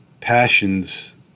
passions